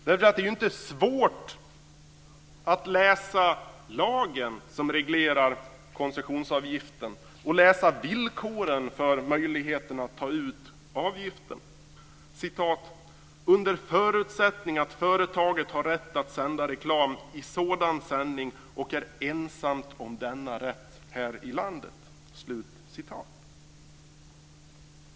Det är inte svårt att läsa lagen som reglerar koncessionsavgiften och att läsa villkoren för möjligheten att ta ut avgifter. Avgift tas ut "under förutsättning att företaget har rätt att sända reklam i sådan sändning och är ensamt om denna rätt här i landet."